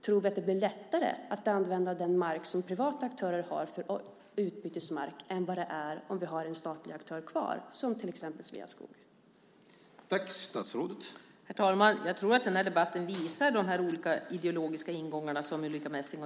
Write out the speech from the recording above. Tror vi att det blir lättare att använda den mark som privata aktörer har som utbytesmark än vad det är om vi har en statlig aktör, som till exempel Sveaskog, kvar?